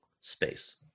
space